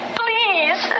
please